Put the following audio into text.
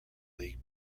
league